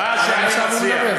מה שאני מציע, אבל עכשיו הוא מדבר.